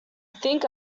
think